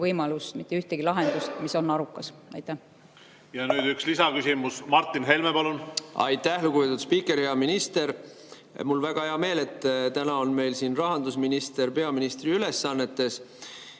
võimalust, mitte ühtegi lahendust, mis on arukas. Ja nüüd üks lisaküsimus. Martin Helme, palun! Aitäh, lugupeetud spiiker! Hea minister! Mul on väga hea meel, et täna on meil siin rahandusminister peaministri ülesannetes.